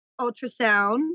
ultrasound